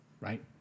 right